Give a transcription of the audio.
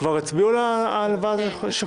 כבר הצביעו על ועדת השחרורים?